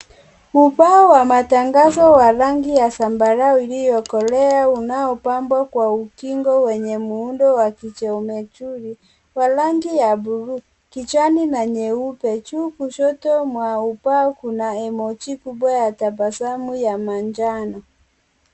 Ubao wa matangazo wa rangi ya zambarau iliyokolea unaopambwa kwa ukingo wenye muundo wa kichumechuri wa rangi ya bluu, kijani na nyeupe juu kushoto mwa ubao kuna emoji kubwa ya tabasamu ya manjano.